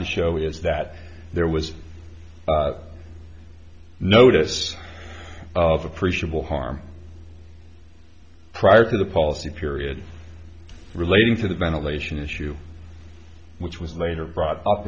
to show is that there was a notice of appreciable harm prior to the policy period relating to the ventilation issue which was later brought up